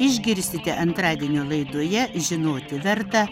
išgirsite antradienio laidoje žinoti verta